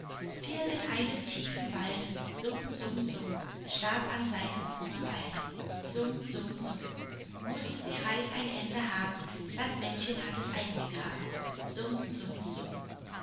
fiel in einen tiefen wald summ summ summ starb an seinem kummer bald summ summ summ mußt die reis ein ende haben sandmännchen hat es eingegraben summ summ summ seltsam